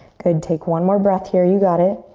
good, take one more breath here, you got it.